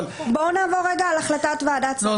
אבל --- בואו נעבור על החלטת ועדת שרים,